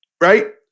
right